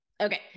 Okay